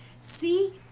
see